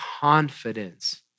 confidence